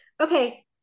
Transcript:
Okay